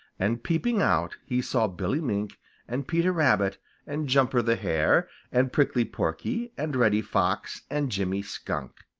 and peeping out, he saw billy mink and peter rabbit and jumper the hare and prickly porky and reddy fox and jimmy skunk.